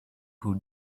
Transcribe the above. who